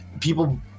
people